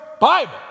Bible